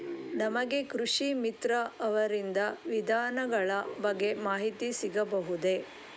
ನಮಗೆ ಕೃಷಿ ಮಿತ್ರ ಅವರಿಂದ ವಿಧಾನಗಳ ಬಗ್ಗೆ ಮಾಹಿತಿ ಸಿಗಬಹುದೇ?